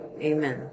amen